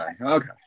okay